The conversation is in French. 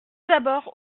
d’abord